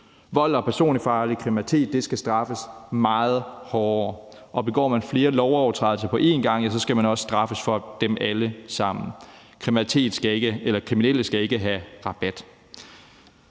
Vold og personfarlig kriminalitet skal straffes meget hårdere. Og begår man flere lovovertrædelser på en gang, skal man også straffes for dem alle sammen. Kriminelle skal ikke have rabat.